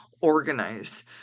organize